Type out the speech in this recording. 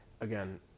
Again